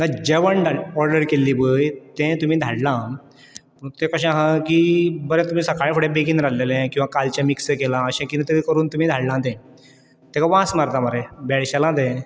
ना जेवण धा ऑर्डर केल्ली पळय तें तुमी धाडलां तें कशें आसा की बरें तुवें सकाळ फुडें बेगीन रांदलेलें किंवा कालचें मिक्स केलां अशें किदें तरी करून तुमी धाडलां तें ताका वास मारता मरे बेळशेलां तें